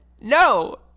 no